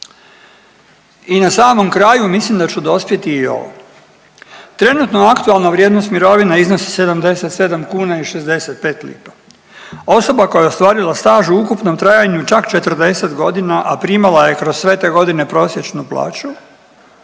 I na samom kraju mislim da ću dospjeti i ovo. Trenutno aktualna vrijednost mirovina iznosi 77 kuna i 65 lipa. Osoba koja je ostvarila staž u ukupnom trajanju od čak 40.g., a primala je kroz sve te godine prosječnu plaću